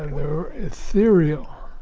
they're ethereal.